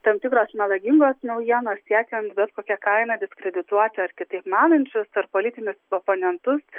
tam tikros melagingos naujienos siekiant bet kokia kaina diskredituoti ar kitaip manančius ar politinius oponentus